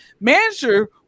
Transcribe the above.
manager